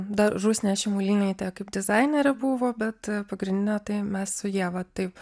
dar rusnė šimulynaitė kaip dizainerė buvo bet pagrinde tai mes su ieva taip